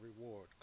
reward